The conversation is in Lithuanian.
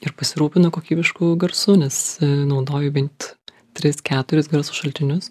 ir pasirūpinu kokybišku garsu nes naudoju bent tris keturis garso šaltinius